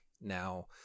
Now